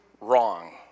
wrong